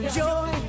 joy